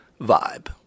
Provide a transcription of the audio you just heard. vibe